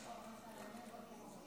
15, מתנגד אחד.